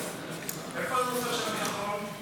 --- ההצעה הדחופה הבאה, בנושא: